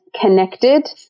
connected